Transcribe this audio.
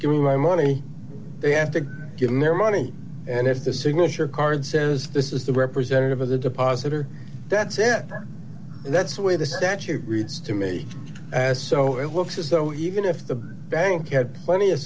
give me my money they have to give me their money and if the signature card says this is the representative of the deposit or that set or that's the way the statute reads to me as so it looks as though even if the bank had plenty of